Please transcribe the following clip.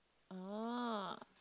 oh